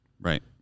Right